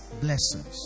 blessings